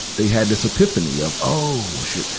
they had this epiphany of, oh, shit.